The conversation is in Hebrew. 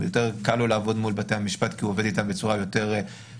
יותר קל לעבוד מול בתי המשפט כי הוא עובד איתם בצורה יותר שוטפת.